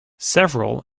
several